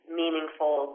meaningful